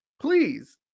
please